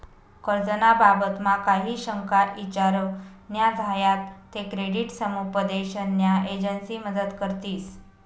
कर्ज ना बाबतमा काही शंका ईचार न्या झायात ते क्रेडिट समुपदेशन न्या एजंसी मदत करतीस